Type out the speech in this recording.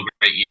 great